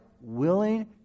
willing